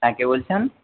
হ্যাঁ কে বলছেন